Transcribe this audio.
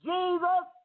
Jesus